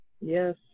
Yes